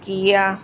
Kia